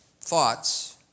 thoughts